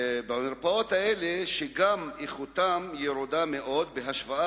המרפאות האלה איכותן ירודה מאוד בהשוואה